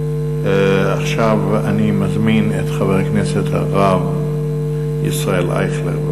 עכשיו אני מזמין את חבר הכנסת הרב ישראל אייכלר.